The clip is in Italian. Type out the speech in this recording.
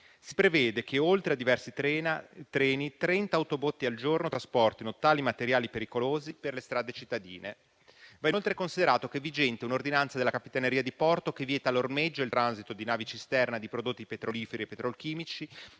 Si prevede che, oltre a diversi treni, 30 autobotti al giorno trasportino tali materiali pericolosi per le strade cittadine. Va inoltre considerato che è vigente un'ordinanza della Capitaneria di porto che vieta l'ormeggio e il transito di navi cisterna di prodotti petroliferi e petrolchimici